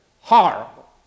Horrible